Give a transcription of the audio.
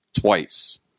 twice